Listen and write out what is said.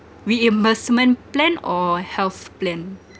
reimbursement plan or health plan